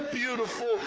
beautiful